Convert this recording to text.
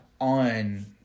on